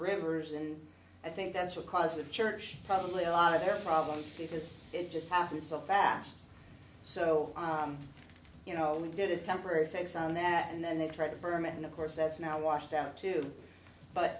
rivers and i think that's what caused the church probably a lot of their problems because it just happened so fast so you know we did a temporary fix on that and then they tried to ferment and of course that's now washed out too but